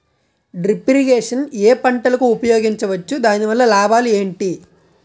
Drip irrigation ఏ పంటలకు ఉపయోగించవచ్చు? దాని వల్ల లాభాలు ఏంటి?